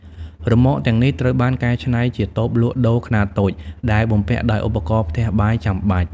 រ៉ឺម៉កទាំងនេះត្រូវបានកែច្នៃជាតូបលក់ដូរខ្នាតតូច ដែលបំពាក់ដោយឧបករណ៍ផ្ទះបាយចាំបាច់។